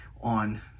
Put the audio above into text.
on